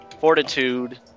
Fortitude